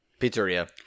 Pizzeria